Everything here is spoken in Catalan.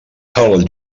pel